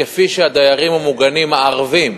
כפי שהדיירים המוגנים הערבים